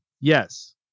Yes